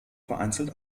vereinzelt